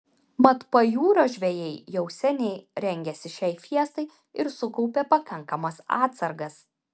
mat pajūrio žvejai jau seniai rengėsi šiai fiestai ir sukaupė pakankamas atsargas